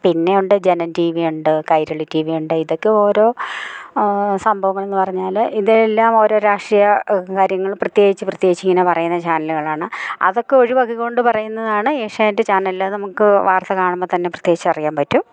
പിന്നെ ഉണ്ട് Janam T V ഉണ്ട് കൈരളി ടിവിയുണ്ട് ഇതെക്കെയോരോ സംഭവങ്ങളെന്ന് പറഞ്ഞാല് ഇതെല്ലാമോരോ രാഷ്ട്രീയ കാര്യങ്ങള് പ്രത്യേകിച്ചു പ്രത്യേകിച്ചിങ്ങനെ പറയുന്ന ചാനലുകളാണ് അതൊക്കൊഴിവാക്കിക്കൊണ്ട് പറയുന്നതാണ് ഏഷ്യാനെറ്റ് ചാനലിലേത് നമുക്ക് വാർത്ത കാണുമ്പോൾ തന്നെ പ്രത്യേകിച്ചറിയാൻ പറ്റും